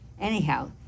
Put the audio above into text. anyhow